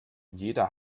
jeder